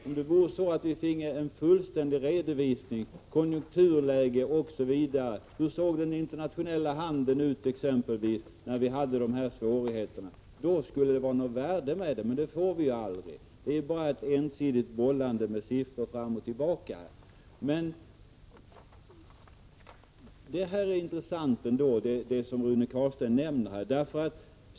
Om det vore så att vi finge en fullständig redovisning av exempelvis konjunkturläget, hur den internationella handeln såg ut osv. när vi hade våra svårigheter, då skulle det vara något värde med det — men det får vi ju aldrig. Det är bara ett ensidigt bollande med siffror fram och tillbaka. Det som Rune Carlstein nämner är ändå intressant.